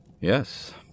Yes